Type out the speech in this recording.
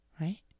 right